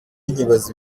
nkibaza